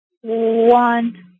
one